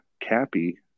Cappy